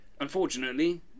unfortunately